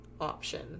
option